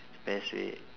persuade